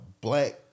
black